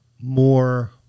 more